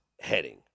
heading